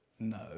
no